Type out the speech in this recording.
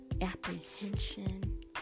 apprehension